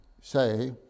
say